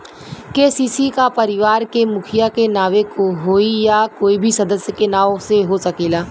KCC का परिवार के मुखिया के नावे होई या कोई भी सदस्य के नाव से हो सकेला?